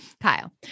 Kyle